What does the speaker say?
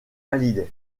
hallyday